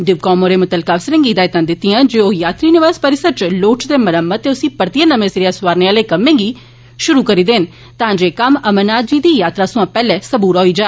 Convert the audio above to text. डिवकाम होरें मुतलका अफसरें गी हिदायतां दित्तियां जे ओ यात्री निवास परिसर च लोड़चदे मरम्मत ते उसी परतियै नमें सिरेया सुआरने आले कम्में गी शुरू करी देन तां जे एह् कम्म श्री अमरनाथ जी दी यात्रा थमां पैहले पूरा होई जा